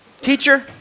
Teacher